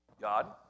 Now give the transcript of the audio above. God